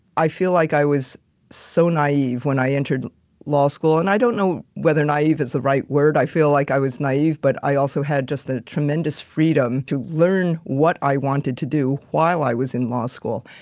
i feel like i was so naive when i entered law school. and i don't know whether naive is the right word. i feel like i was naive, but i also had just a tremendous freedom to learn what i wanted to do while i was in law school.